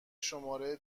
شماره